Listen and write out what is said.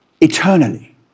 eternally